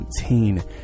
2017